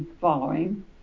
following